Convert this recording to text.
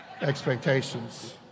expectations